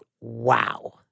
Wow